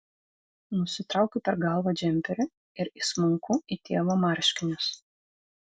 nusitraukiu per galvą džemperį ir įsmunku į tėvo marškinius